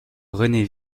rené